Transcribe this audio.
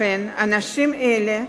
לכן האנשים האלה,